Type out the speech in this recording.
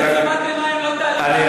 עצימת עיניים לא תעלים את הבעיה.